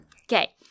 Okay